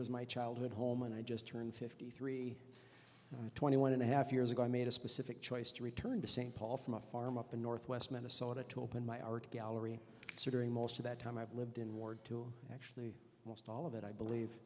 was my childhood home and i just turned fifty three twenty one and a half years ago i made a specific choice to return to st paul from a farm up in northwest minnesota to open my art gallery surgery most of that time i've lived in ward two actually almost all of it i believe